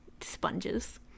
sponges